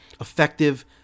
effective